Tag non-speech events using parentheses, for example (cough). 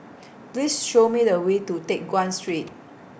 (noise) Please Show Me The Way to Teck Guan Street